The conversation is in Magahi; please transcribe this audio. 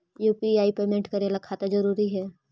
यु.पी.आई पेमेंट करे ला खाता जरूरी है?